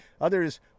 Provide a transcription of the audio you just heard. Others